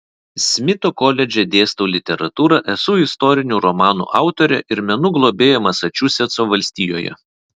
smito koledže dėstau literatūrą esu istorinių romanų autorė ir menų globėja masačusetso valstijoje